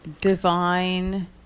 Divine